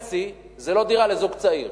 זה לא דירה לזוג צעיר.